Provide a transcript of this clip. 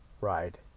ride